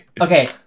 Okay